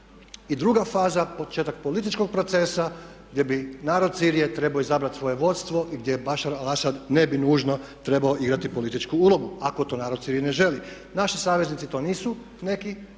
I druga faza, početak političkog procesa gdje bi narod Sirije trebao izabrat svoje vodstvo i gdje …/Govornik se ne razumije./… ne bi nužno trebao igrati političku ulogu ako to narod Sirije ne želi. Naši saveznici to nisu neki